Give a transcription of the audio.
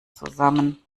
zusammen